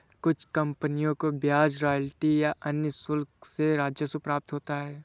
कुछ कंपनियों को ब्याज रॉयल्टी या अन्य शुल्क से राजस्व प्राप्त होता है